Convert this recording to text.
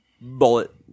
bullet